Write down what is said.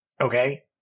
Okay